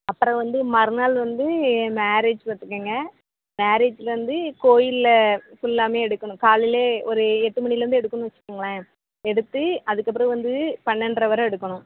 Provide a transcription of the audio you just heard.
அப்புறம் வந்து மறுநாள் வந்து மேரேஜ் பார்த்துக்கங்க மேரேஜ்ல வந்து கோயில்ல ஃபுல்லாமே எடுக்கணும் காலையிலே ஒரு எட்டு மணியிலேருந்து எடுக்கணும் வச்சிக்கோங்களேன் எடுத்து அதுக்கப்புறம் வந்து பன்னெண்ட்ரை வர எடுக்கணும்